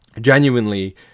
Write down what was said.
genuinely